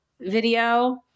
video